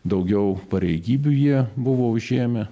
daugiau pareigybių jie buvo užėmę